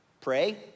Pray